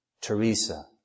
Teresa